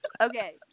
Okay